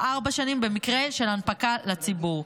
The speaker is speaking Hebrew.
או ארבע שנים במקרה של הנפקה לציבור.